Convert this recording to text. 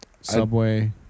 Subway